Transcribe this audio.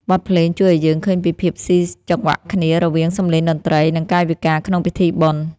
បទភ្លេងជួយឱ្យយើងឃើញពីភាពស៊ីចង្វាក់គ្នា រវាងសំឡេងតន្ត្រី និងកាយវិការក្នុងពិធីបុណ្យ។